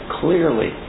clearly